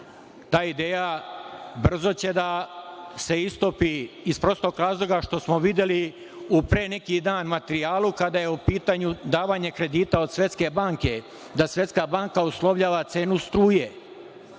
Ta ideja brzo će da se istopi, iz prostog razloga što smo videli u materijalu pre neki dan, kada je u pitanju davanje kredita od Svetske banke, da Svetska banka uslovljava cenu struje.